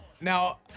now